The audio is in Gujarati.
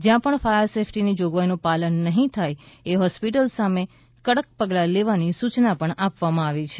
જ્યાં પણ ફાયર સેફટીની જોગવાઇઓનું પાલન નહીં થાય એ હોસ્પિટલ સામે કડક પગલા લેવાની સૂચના પણ આપવામાં આવી છે